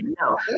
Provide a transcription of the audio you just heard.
no